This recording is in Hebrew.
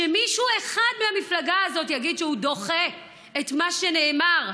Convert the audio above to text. שמישהו אחד מהמפלגה הזאת יגיד שהוא דוחה את מה שנאמר,